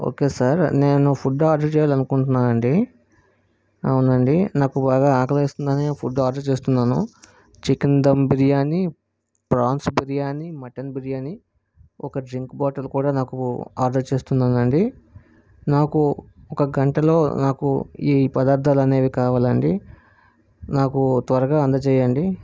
okay sir నేను food order చేయాలనుకుంటున్నానండి అవునండి నాకు బాగా ఆకలేస్తుందని ఫుడ్ ఆర్డర్ చేస్తున్నాను chicken dum biryani prawns biryani mutton biryani ఒక డ్రింక్ బాటిల్ కూడా నాకు ఆర్డర్ చేస్తున్నానండి నాకు ఒక గంటలో నాకు ఈ పదార్థాలు అనేవి కావాలండి నాకు త్వరగా అందజేయండి